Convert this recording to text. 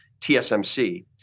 TSMC